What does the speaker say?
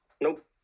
Nope